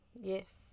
Yes